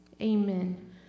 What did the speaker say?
amen